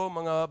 mga